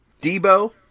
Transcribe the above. Debo